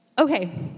okay